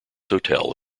hotel